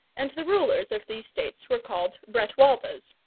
and the rulers of these states were called bretwaldas,